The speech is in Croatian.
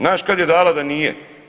Znaš kad je dala da nije?